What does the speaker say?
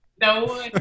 no